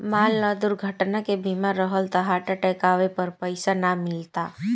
मान ल दुर्घटना के बीमा रहल त हार्ट अटैक आवे पर पइसा ना मिलता